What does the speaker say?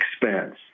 expense